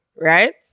Right